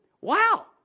wow